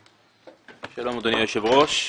שלום אדוני היושב ראש.